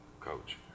Coach